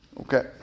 Okay